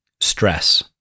stress